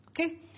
Okay